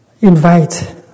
Invite